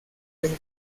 del